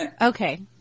Okay